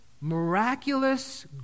miraculous